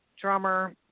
drummer